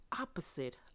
opposite